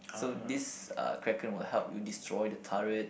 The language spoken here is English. so this uh Kraken will help you destroy the turret